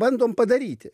bandom padaryti